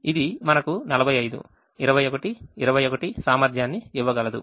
ఇది మనకు 45 24 21 సామర్థ్యాన్ని ఇవ్వగలదు